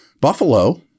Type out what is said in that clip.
Buffalo